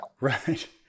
Right